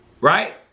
Right